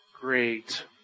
great